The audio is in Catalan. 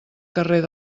carrer